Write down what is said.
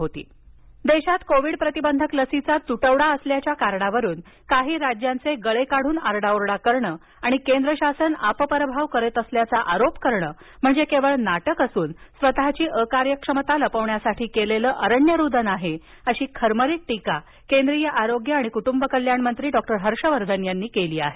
आरोग्य आणि कटुंब कल्याणमंत्री डॉक्टर हर्षवर्धन देशात कोविड प्रतिबंधक लसीचा तुटवडा असल्याच्या कारणावरून काही राज्यांचे गळे काढून आरडाओरडा करणं आणि केंद्रशासन आपपरभाव करीत असल्याचा आरोप करणं म्हणजे केवळ नाटक असून स्वतःची अकार्यक्षमता लपविण्यासाठी केलेले अरण्यरुदन आहे अशी खरमरीत टीका केंद्रीय आरोग्य आणि कुटुंब कल्याणमंत्री डॉक्टर हर्षवर्धन यांनी केली आहे